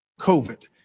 COVID